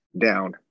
down